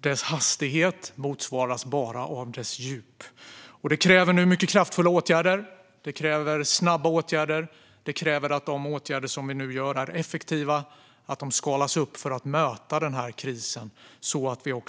Dess hastighet motsvaras bara av dess djup. Detta kräver nu mycket kraftfulla, snabba åtgärder, och det kräver att de åtgärder vi vidtar är effektiva och skalas upp för att möta krisen så att vi